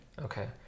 Okay